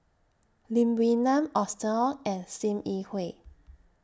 Lim Wee Nam Austen Ong and SIM Yi Hui